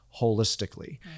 holistically